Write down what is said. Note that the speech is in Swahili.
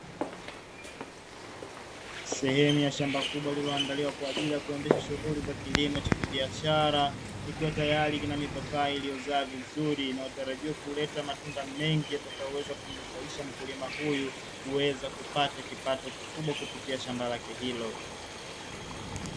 Sehemu ya shamba kubwa lililoandaliwa kwa ajili ya kuendesha shughuli za kilimo cha kibiashara likiwa tayari lina mipapai iliyozaa vizuri, inayotarajiwa kuleta matunda mengi yatakayoweza kumnufaisha mkulima huyu kuweza kupata kipato kikubwa kupitia shamba lake hilo.